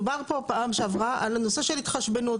דובר פה בפעם שעברה על הנושא של התחשבנות,